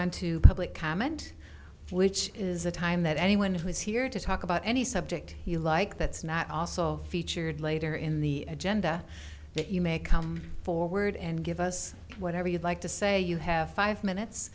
on to public comment which is a time that anyone who is here to talk about any subject you like that's not also featured later in the agenda you may come forward and give us whatever you'd like to say you have five minutes